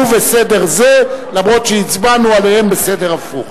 ובסדר זה, למרות שהצבענו עליהן בסדר הפוך.